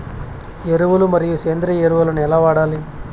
ఎరువులు మరియు సేంద్రియ ఎరువులని ఎలా వాడాలి?